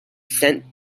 sent